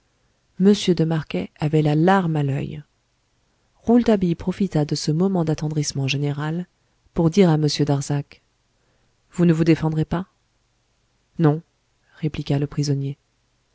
de scènes semblables avait la larme à l'œil rouletabille profita de ce moment d'attendrissement général pour dire à m darzac vous ne vous défendrez pas non répliqua le prisonnier